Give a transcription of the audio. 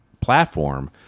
platform